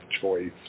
choice